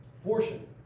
fortune